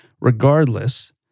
regardless